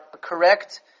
correct